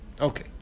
Okay